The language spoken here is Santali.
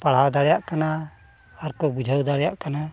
ᱯᱟᱲᱦᱟᱣ ᱫᱟᱲᱮᱭᱟᱜ ᱠᱟᱱᱟ ᱟᱨ ᱠᱚ ᱵᱩᱡᱷᱟᱹᱣ ᱫᱟᱲᱮᱭᱟᱜ ᱠᱟᱱᱟ